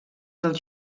dels